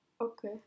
Okay